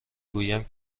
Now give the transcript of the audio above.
گویم